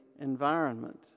environment